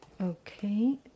Okay